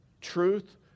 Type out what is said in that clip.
truth